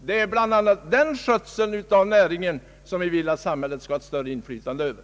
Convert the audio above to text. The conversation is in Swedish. Det är bl.a. den skötseln av näringen som vi vill att samhället skall ha ett större inflytande över.